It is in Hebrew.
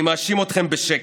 אני מאשים אתכם בשקר.